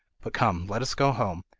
but come, let us go home!